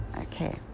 okay